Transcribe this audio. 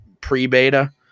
pre-beta